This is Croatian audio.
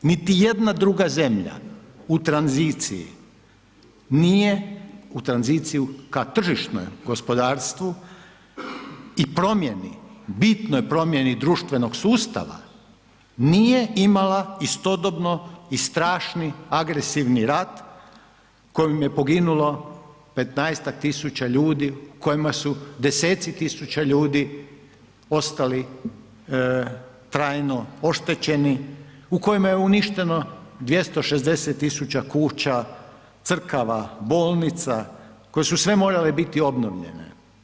Niti jedna druga zemlja u tranziciji nije u tranziciju k tržišnom gospodarstvu i promjeni bitnoj promjeni društvenog sustava, nije imala istodobno i strašni agresivni rat u kojem je poginulo petnaestak tisuća ljudi u kojem su deseci tisuća ljudi ostali trajno oštećeni u kojem je uništeno 260.000 kuća, crkava, bolnica koje su sve morale biti obnovljene.